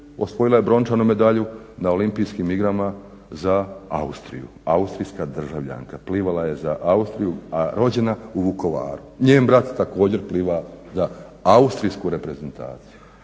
osvojila je brončanu medalju na Olimpijskim igrama za Austriju. Austrijska državljanka, plivala je za Austriju, a rođena u Vukovaru. Njen brat također pliva za austrijsku reprezentaciju.